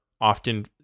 often